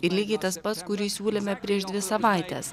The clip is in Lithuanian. ir lygiai tas pats kurį siūlėme prieš dvi savaites